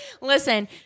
Listen